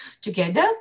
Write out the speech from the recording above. together